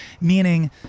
meaning